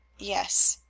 yes.